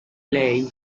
lei